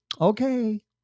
Okay